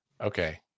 okay